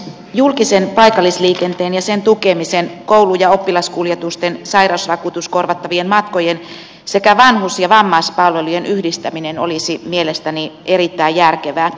julkisen paikallisliikenteen ja sen tukemisen koulu ja oppilaskuljetusten sairasvakuutuskorvattavien matkojen sekä vanhus ja vammaispalvelujen yhdistäminen olisi mielestäni erittäin järkevää